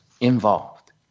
involved